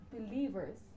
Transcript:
believers